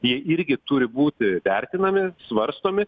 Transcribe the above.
ji irgi turi būti vertinami svarstomi